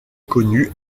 connu